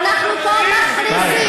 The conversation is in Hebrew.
אתם לא תישארו פה,